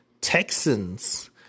Texans